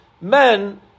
Men